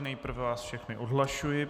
Nejprve vás všechny odhlašuji.